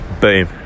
boom